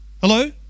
Hello